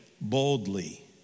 boldly